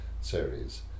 series